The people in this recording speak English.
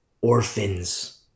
orphans